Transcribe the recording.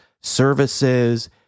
services